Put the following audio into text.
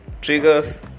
triggers